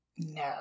No